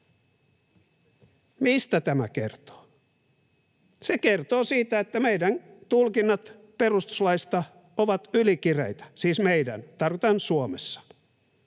Mistä tämä kertoo? Se kertoo siitä, että meidän tulkinnat perustuslaista ovat ylikireitä, siis meidän, tarkoitan Suomessa.